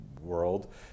world